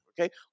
Okay